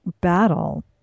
battle